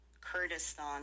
Kurdistan